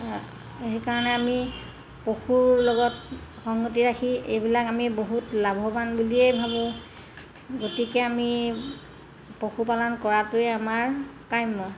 সেইকাৰণে আমি পশুৰ লগত সংগতি ৰাখি এইবিলাক আমি বহুত লাভৱান বুলিয়েই ভাবোঁ গতিকে আমি পশুপালন কৰাটোৱেই আমাৰ কাম্য